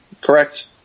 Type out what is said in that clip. Correct